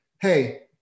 hey